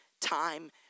time